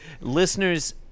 Listeners